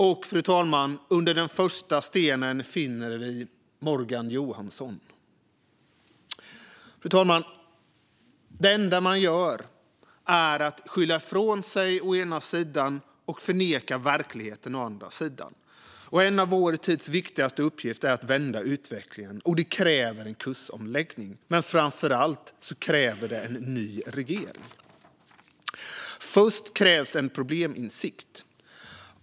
Och under den första stenen finner vi Morgan Johansson. Fru talman! Det enda man gör är att skylla ifrån sig å ena sidan och förneka verkligheten å andra sidan. En av vår tids viktigaste uppgifter är att vända utvecklingen. Det kräver en kursomläggning, och framför allt kräver det en ny regering. Först krävs en probleminsikt.